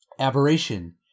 Aberration